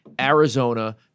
Arizona